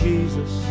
Jesus